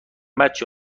بچه